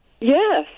Yes